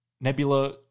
Nebula